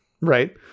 Right